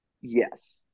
Yes